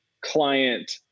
client